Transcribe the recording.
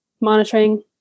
monitoring